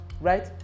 right